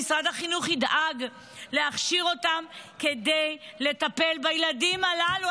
שמשרד החינוך ידאג להכשיר אותם כדי לטפל בילדים הללו.